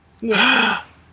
Yes